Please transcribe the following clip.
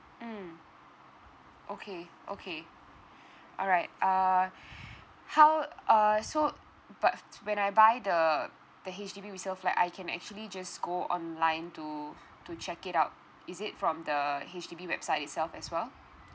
mmhmm okay okay alright uh how uh so but when I buy the the H_D_B resale flat I can actually just go online to to check it out is it from the H_D_B website itself as well